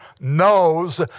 knows